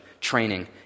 training